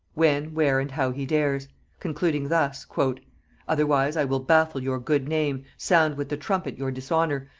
when, where and how he dares concluding thus otherwise i will baffle your good name, sound with the trumpet your dishonor,